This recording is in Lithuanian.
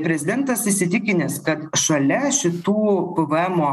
prezidentas įsitikinęs kad šalia šitų pvemo